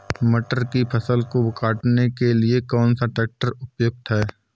मटर की फसल को काटने के लिए कौन सा ट्रैक्टर उपयुक्त है?